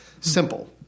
Simple